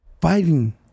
fighting